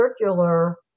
circular